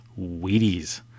Wheaties